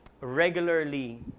regularly